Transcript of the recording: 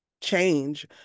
change